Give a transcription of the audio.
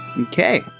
Okay